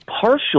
partial